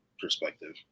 perspective